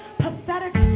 pathetic